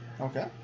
okay